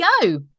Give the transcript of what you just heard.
go